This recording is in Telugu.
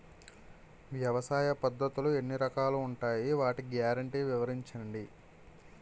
వ్యవసాయ పద్ధతులు ఎన్ని రకాలు ఉంటాయి? వాటి గ్యారంటీ వివరించండి?